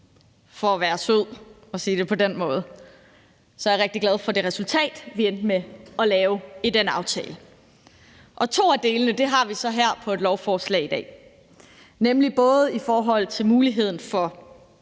for at være sød og sige det på den måde – det resultat, vi endte med at lave i den aftale. To af delene har vi så her på et lovforslag i dag, nemlig både muligheden for